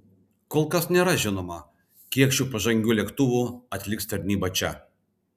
kol kas nėra žinoma kiek šių pažangių lėktuvų atliks tarnybą čia